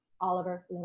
Oliver